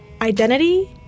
Identity